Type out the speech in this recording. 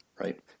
Right